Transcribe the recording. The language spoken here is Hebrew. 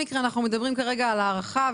אנחנו מדברים כרגע על הארכה.